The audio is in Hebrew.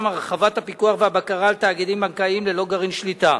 הרחבת הפיקוח והבקרה על תאגידים בנקאיים ללא גרעין שליטה.